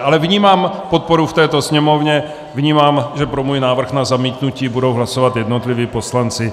Ale vnímám podporu v této Sněmovně, vnímám, že pro můj návrh na zamítnutí budou hlasovat jednotliví poslanci.